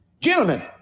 gentlemen